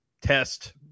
test